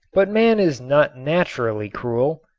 but man is not naturally cruel.